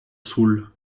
sul